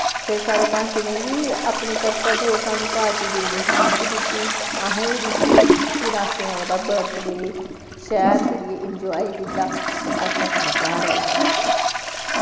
फिर साढ़े भांजे ने बी अपनी तरफ जो सानू पार्टी देनी ही उन्नै बी दित्ती अहें बी दित्ती फिर असें ओह्दा बर्थडे शैल करियै इंजाए कीता ते अस अपने घर आई गे